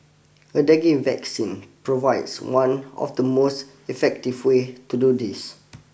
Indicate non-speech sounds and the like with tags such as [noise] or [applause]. [noise] a dengue vaccine provides one of the most effective way to do this